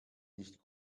nicht